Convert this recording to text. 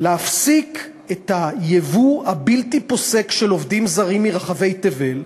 להפסיק את הייבוא הבלתי-פוסק של עובדים זרים מרחבי תבל,